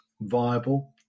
viable